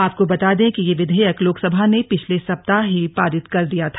आपको बता दें कि यह विधेयक लोकसभा ने पिछले सप्ता ह ही पारित कर दिया था